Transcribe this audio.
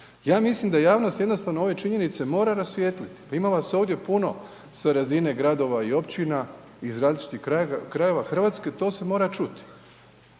Ja mislim da javnost jednostavno ove činjenice mora rasvijetliti, pa ima vas ovdje puno sa razine gradova i općina iz različitih krajeva Hrvatske, to se mora čuti.